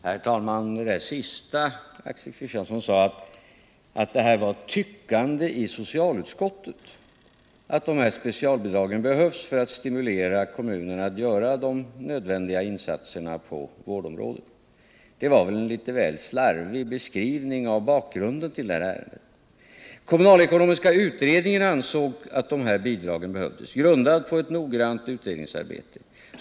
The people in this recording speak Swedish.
Herr talman! Axel Kristiansson sade att det var ett tyckande i socialutskottet att specialbidragen behövs för att stimulera kommunerna att göra de nödvändiga insatserna på vårdområdet. Det var väl en litet slarvig beskrivning av bakgrunden till ärendet. Kommunalekonomiska utredningen ansåg att dessa bidrag behövdes. Dess åsikt grundades på ett noggrant utredningsarbete.